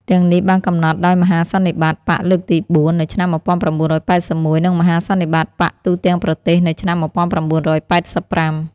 ទាំងនេះបានកំណត់ដោយមហាសន្និបាតបក្សលើកទី៤ នៅឆ្នាំ១៩៨១ និងមហាសន្និបាតបក្សទូទាំងប្រទេសនៅឆ្នាំ១៩៨៥ ។